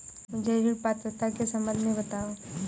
मुझे ऋण पात्रता के सम्बन्ध में बताओ?